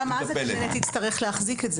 גם אז כנראה היא תצטרך להחזיק את זה.